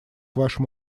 вашему